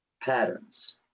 patterns